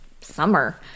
summer